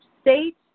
state